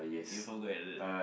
Irfan good at it